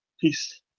peace